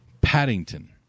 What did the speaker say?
Paddington